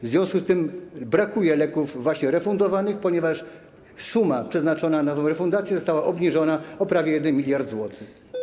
W związku z tym brakuje leków refundowanych, ponieważ suma przeznaczona na tę refundację została obniżona o prawie 1 mld zł.